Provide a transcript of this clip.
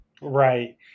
Right